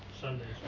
Sundays